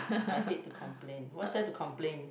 I hate to complain what's there to complain